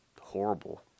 horrible